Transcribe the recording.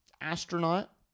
astronaut